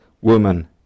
woman